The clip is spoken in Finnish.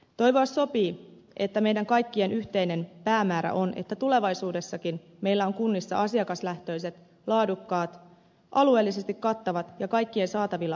toivoa sopii että meidän kaikkien yhteinen päämäärä on että tulevaisuudessakin meillä on kunnissa asiakaslähtöiset laadukkaat alueellisesti kattavat ja kaikkien saatavilla olevat hyvinvointipalvelut